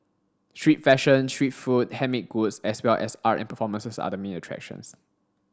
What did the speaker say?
street fashion street food handmade goods as well as art and performances are the main attractions